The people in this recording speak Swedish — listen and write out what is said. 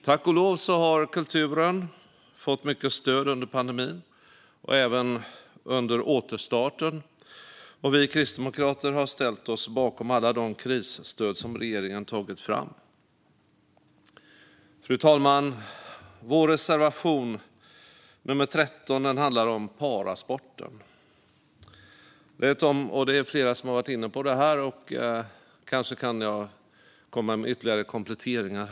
Tack och lov har kulturen fått mycket stöd under pandemin och även under återstarten. Vi kristdemokrater har ställt oss bakom alla de krisstöd som regeringen tagit fram. Fru talman! Vår reservation 13 handlar om parasporten, något som flera andra också har varit inne på. Kanske kan jag göra några ytterligare kompletteringar.